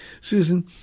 Susan